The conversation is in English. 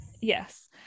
yes